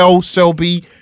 Selby